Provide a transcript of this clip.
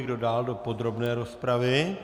Kdo dále do podrobné rozpravy?